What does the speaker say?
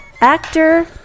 Actor